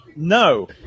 No